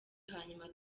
hanyuma